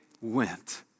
went